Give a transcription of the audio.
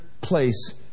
place